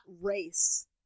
race